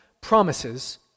promises